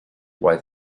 why